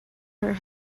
her